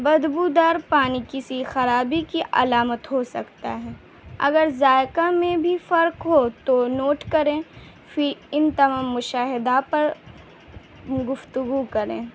بدبوودار پانی کسی خرابی کی علامت ہو سکتا ہے اگر ذائقہ میں بھی فرق ہو تو نوٹ کریں فی ان تمام مشاہدہ پر گفتگو کریں